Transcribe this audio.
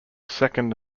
second